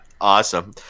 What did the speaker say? awesome